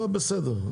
הצבעה.